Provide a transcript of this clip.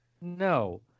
No